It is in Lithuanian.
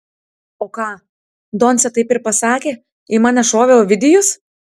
o ką doncė taip ir pasakė į mane šovė ovidijus